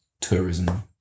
tourism